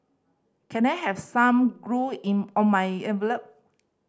can I have some glue in all my envelope